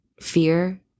fear